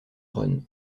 run